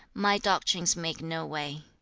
my doctrines make no way.